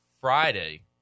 Friday